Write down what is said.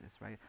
right